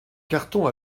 carton